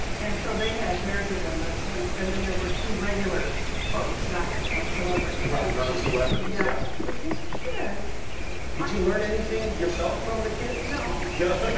and so they had their dilemmas. and and then there were two regular folks, not celebrities. right. non-celebrities, yeah. but these kids did you learn anything yourself from the kids? no. no?